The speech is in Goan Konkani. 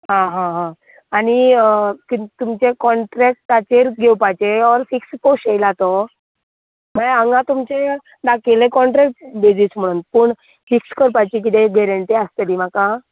आं आं आं आनी तें तुमचे काॅन्ट्रेक्टाचेर घेवपाचें ओर फिक्स पोस्ट येयला तो म्हळ्यार हांगा तुमचे दाखयला काॅन्ट्रेक्ट बेजीस म्हण पूण फिक्स करपाचें कितें गेरेंन्टी आसतली म्हाका